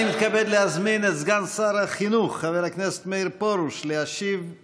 אני מתכבד להזמין את סגן שר החינוך חבר הכנסת מאיר פרוש להשיב על